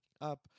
up